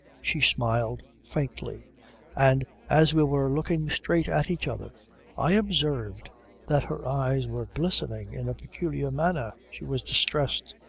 she smiled faintly and as we were looking straight at each other i observed that her eyes were glistening in a peculiar manner. she was distressed.